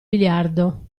biliardo